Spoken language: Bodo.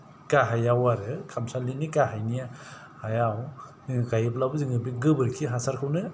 गाहायाव आरो खामसालिनि गाहायनि हायावनो गायोब्लाबो जोङो बे गोबोरखि हासारखौनो